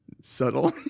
Subtle